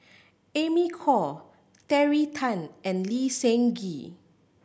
Amy Khor Terry Tan and Lee Seng Gee